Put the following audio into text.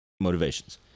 motivations